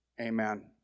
Amen